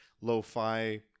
lo-fi